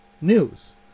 news